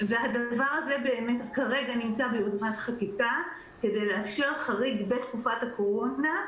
הדבר הזה כרגע נמצא ביוזמת חקיקה כדי לאפשר חריג בתקופת הקורונה,